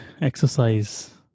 exercise